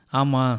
ama